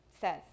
says